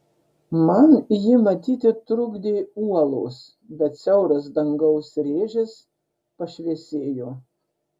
man jį matyti trukdė uolos bet siauras dangaus rėžis pašviesėjo